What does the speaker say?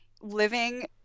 living